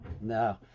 no